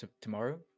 Tomorrow